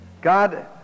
God